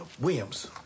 Williams